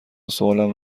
سوالم